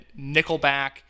Nickelback